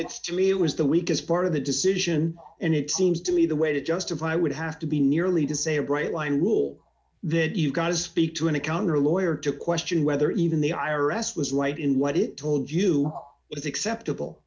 it's to me it was the weakest part of the decision and it seems to me the way to justify would have to be nearly to say a bright line rule that you got to speak to an account or a lawyer to question whether even the i r s was right in what it told you it was acceptable